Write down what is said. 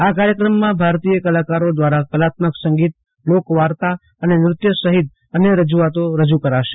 આ કાર્યક્રમમાં ભારતીય કલાકારો ધ્વારા કલાત્મક સંગીત લોકવાયકા અને નૃત્ય સહિત અન્ય રજુઆતો રજુ કરાશે